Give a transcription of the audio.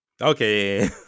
Okay